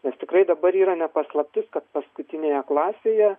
nes tikrai dabar yra ne paslaptis kad paskutinėje klasėje